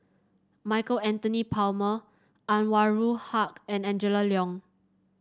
Michael Anthony Palmer Anwarul Haque and Angela Liong